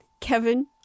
Kevin